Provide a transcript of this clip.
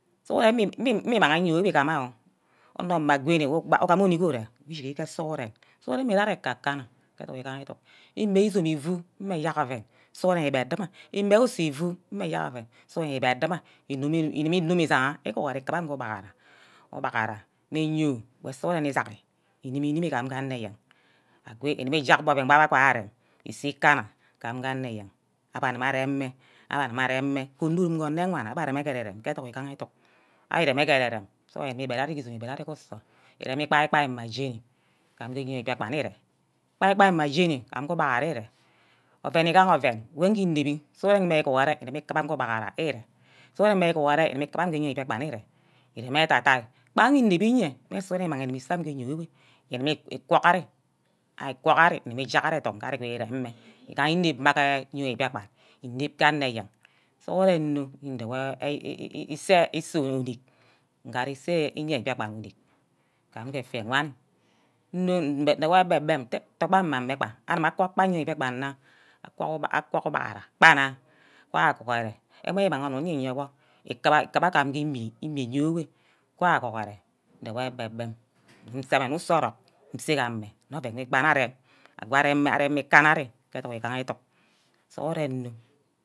Sughuren mme imang nyoweh uguma oh onor mma gwoni wor ugam onick ure, ijigge ke sughuren. sughuren mme ere-ani ke kakana ke educk igaha educk, ime izome ifu mme eyerk oven sughuren igbed gbe nne, ime usor ifu mme ayangha oven, sughuren igbed gba nna igumi inu-mme isangha isohore ikumor amin ke ugbaghara, ubaghara mme eyio wor sughuren isaggi ini-inim ngam ke anor eyen, agwe igube ijag beh oven wor abbe adumor arem ise-ikanna amenn ke anor eyen, abbe guma arem-mme, abbe areme ko ere-rem ke educk ighaha ke eeduck ari reme ke ere-rem sughuren ugubu ugbed ari ke izome mme ku usor iremi ikpai-kpai mma jeni gam ke yeme biakpan ire, ikpai-kpai mme ajeni amin ke ubaghara ere oven igaha oven wor nje inebbi sughuren ngi guhuru igi kuba biakpan ere, ereme ettai-thai gba inep-iye mme sughuren imangi ise amin iye migaha wor ise amin ke iyoi enwe, igumu igwor ani, agwor ari igimi ijag ari educk nge ari gumu irem mme gaha inep mma jaghe iyoi mbiakpan, inep ke anor ayen sughuren nno yene idewor ise unick ngee ari ise nyoi mbiakpan anick, gam ke efai wanni, nno idenor ebe-bem nte togor amin ame gba agama gword aye mbiakpan nna agwor ubaghara gba nne wan aguhure ame imang onun wor iyewor ikiba aga ka immi ayor weh, wan aghure ndewor egbe- bem ngum nsame nne usor orock nse ga amme, remi gba nne arem, ago areme ikanna ari ke educk igaha educk sughuren nnor.